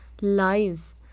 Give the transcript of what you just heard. lies